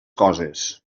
coses